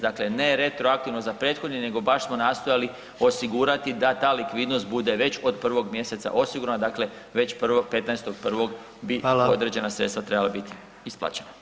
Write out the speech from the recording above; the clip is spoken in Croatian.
Dakle, ne retroaktivno za prethodni nego baš smo nastojali osigurati da ta likvidnost bude već od 1. mjeseca osigurana, dakle već 15.1. bi određena sredstva trebala biti [[Upadica: Hvala.]] isplaćena.